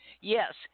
Yes